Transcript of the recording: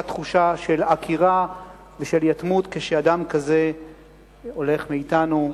תחושה של עקירה ושל יתמות כשאדם כזה הולך מאתנו.